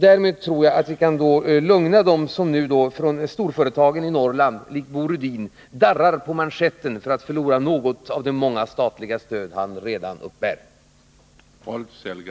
Därmed tror jag att vi kan lugna dem från storföretagen i Norrland som, liksom Bo Rydin, darrar på manschetten inför utsikten att förlora något av de många statliga stöd som de redan uppbär.